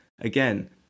again